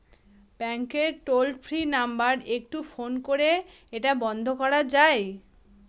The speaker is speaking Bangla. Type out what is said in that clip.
ব্যাংকের টোল ফ্রি নাম্বার একটু ফোন করে এটা বন্ধ করা যায়?